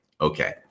Okay